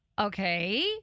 Okay